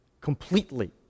completely